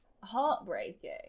heartbreaking